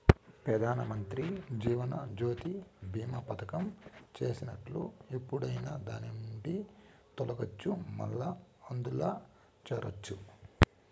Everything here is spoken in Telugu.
పెదానమంత్రి జీవనజ్యోతి బీమా పదకం చేసినట్లు ఎప్పుడైనా దాన్నిండి తొలగచ్చు, మల్లా అందుల చేరచ్చు